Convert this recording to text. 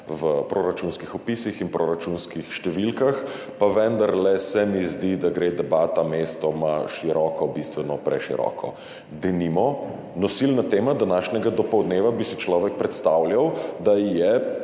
v proračunskih opisih in proračunskih številkah, pa vendarle se mi zdi, da gre debata mestoma široko, bistveno preširoko. Denimo, nosilna tema današnjega dopoldneva bi si človek predstavljal, da je